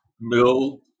mill